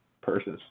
Purses